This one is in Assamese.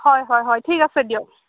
হয় হয় হয় ঠিক আছে দিয়ক